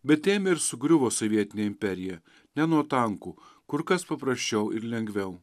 bet ėmė ir sugriuvo sovietinė imperija ne nuo tankų kur kas paprasčiau ir lengviau